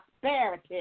prosperity